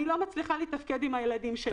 אני לא מצליחה לתפקד עם הילדים שלי.